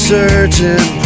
certain